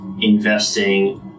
investing